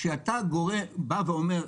כלומר,